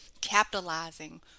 capitalizing